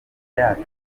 yacu